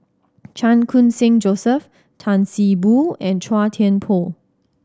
Chan Khun Sing Joseph Tan See Boo and Chua Thian Poh